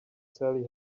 sally